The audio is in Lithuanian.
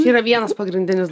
čia yra vienas pagrindinis